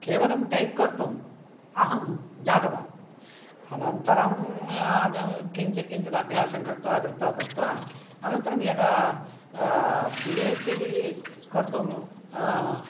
केवलं टैप् कर्तुम् अहं ज्ञातवान् अनन्तरं किञ्चित् किञ्चित् अभ्यासं कृत्वा कृत्वा कृत्वा अनन्तरं यदा पी हेच् डी कर्तुं